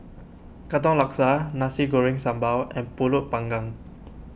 Katong Laksa Nasi Goreng Sambal and Pulut Panggang